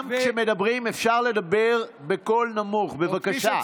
גם כשמדברים, אפשר לדבר בקול נמוך, בבקשה.